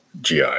GI